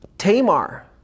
Tamar